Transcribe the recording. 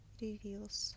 reveals